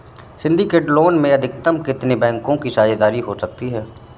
Syndicate loan में अधिकतम कितने बैंकों की साझेदारी हो सकती है?